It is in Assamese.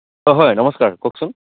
অঁ হয় নমস্কাৰ কওকচোন